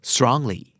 Strongly